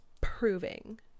proving